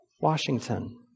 Washington